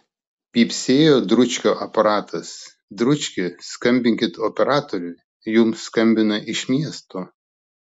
pypsėjo dručkio aparatas dručki skambinkit operatoriui jums skambina iš miesto